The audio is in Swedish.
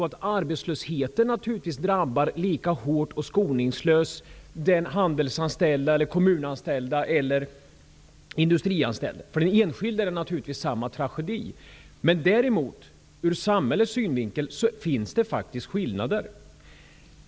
Arbetslösheten drabbar lika hårt och skoningslöst den handelsanställde, den kommunanställde eller den industrianställde. För den enskilde är det naturligtvis samma tragedi. Men ur samhällets synvinkel finns det faktiskt skillnader.